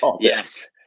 Yes